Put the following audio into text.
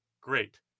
Great